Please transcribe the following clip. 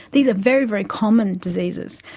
these are very, very common diseases.